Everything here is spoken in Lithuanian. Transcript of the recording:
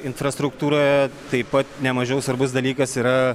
infrastruktūroje taip pat nemažiau svarbus dalykas yra